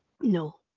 No